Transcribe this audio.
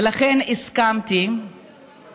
ולכן הסכמתי